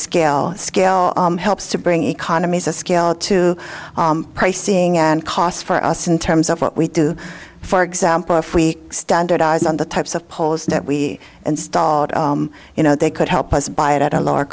scale scale helps to bring economies of scale to price seeing and costs for us in terms of what we do for example if we standardize on the types of poles that we installed you know they could help us buy it at a lower